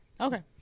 Okay